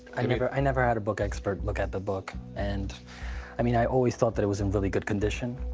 i never i never had a book expert look at the book. and i mean, i always thought that it was in really good condition.